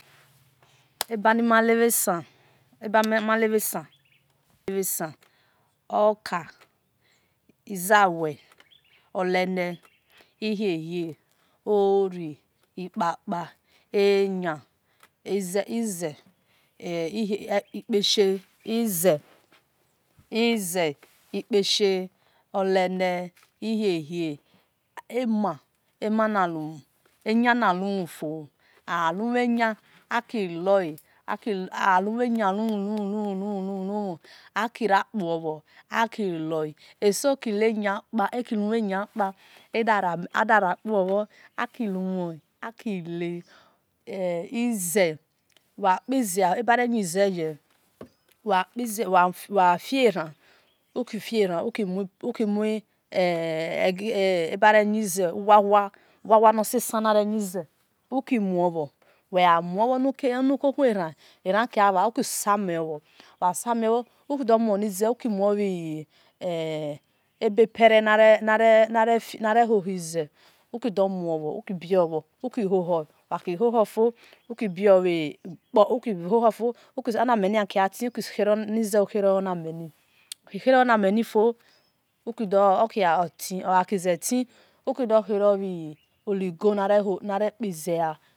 Ebani mu-le bhe san oka izawe olele ihie-hie ori ikpakpa eyan ize ikpese ema nie hunu iyan na hubhu fo alu mhe yan aki loe̠ aki ria kpuobhor aki loe eso ki lue ya kpa ada ra kpuobhor aki lunhon aki le ize ebareyin ze he we a fie ran uki muwuu osie san na-re yin zese uki muo he nuke ran aran ki gha bha uki samuo bhor uki hohol uki bio bheran uki muo bhe nu mel ni oki gha til okize tiluki do biro bhi oligo nare kpi ze lua.